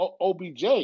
OBJ